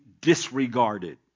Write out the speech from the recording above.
disregarded